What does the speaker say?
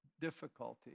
difficulty